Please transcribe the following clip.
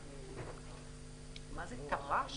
מה זה תר"ש?